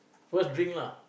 first drink lah